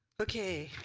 okay.